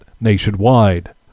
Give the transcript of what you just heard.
nationwide